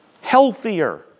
healthier